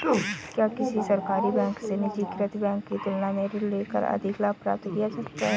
क्या किसी सरकारी बैंक से निजीकृत बैंक की तुलना में ऋण लेकर अधिक लाभ प्राप्त किया जा सकता है?